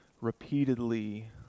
repeatedly